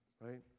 Right